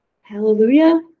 Hallelujah